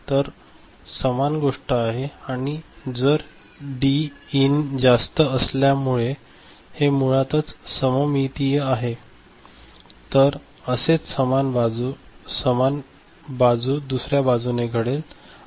तर समान गोष्ट आहे आणि जर डी इन जास्त असल्यामुळे हे मुळातच सममितीय आहे तर असेच समान बाजू दुसर्या बाजूने घडेल